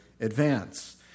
advance